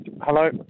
Hello